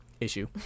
issue